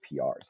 prs